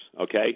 okay